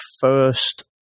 first